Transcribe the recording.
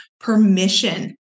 Permission